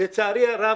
לצערי הרב,